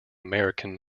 american